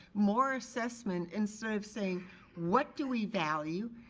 more assessment, instead of saying what do we value?